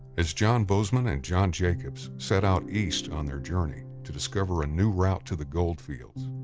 as john bozeman and john jacobs set out east on their journey to discover a new route to the gold fields,